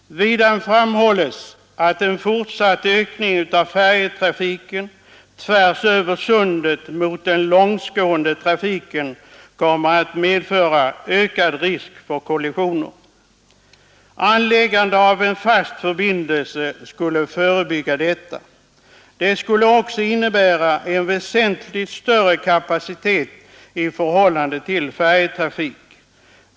Vidare framhålles att en fortsatt ökning av färjetrafiken tvärs över Sundet mot den längsgående trafiken kommer att medföra ökad risk för kollisioner. Anläggande av en fast förbindelse skulle förebygga detta. Det skulle också innebära en väsentligt större kapacitet i förhållande till färjetrafik.